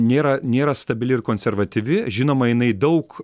nėra nėra stabili ir konservatyvi žinoma jinai daug